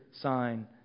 sign